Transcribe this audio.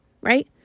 Right